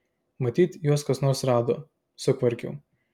matyt juos kas nors rado sukvarkiau